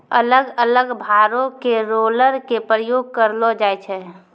अलग अलग भारो के रोलर के प्रयोग करलो जाय छै